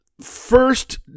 first